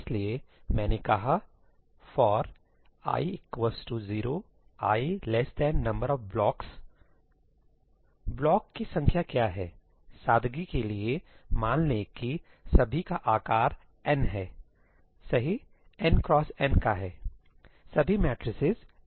इसलिए मैंने कहा 'fori 0 i number of blocks' block की संख्या क्या है सादगी के लिए मान लें कि सभी का आकार n है सही n x n का है सभी मैट्रिसेज n x n आकार के हैं